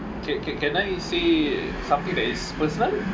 can can can I say something that is personal